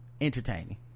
entertaining